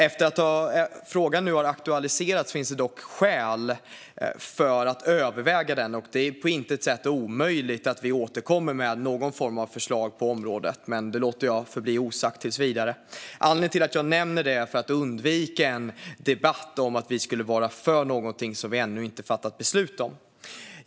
Efter att frågan nu har aktualiserats finns det dock skäl att överväga det. Det är på intet sätt omöjligt att vi återkommer med någon form av förslag på området, men det låter jag förbli osagt tills vidare. Jag nämner det för att undvika en debatt om att vi skulle vara för någonting som vi ännu inte fattat beslut om.